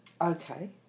Okay